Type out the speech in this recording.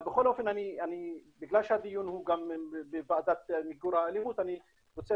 אבל בכל אופן בגלל שהדיון הוא בוועדת מיגור האלימות אני רוצה